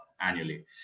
annually